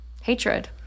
hatred